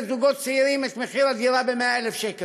זוגות צעירים את מחיר הדירה ב-100,000 שקל,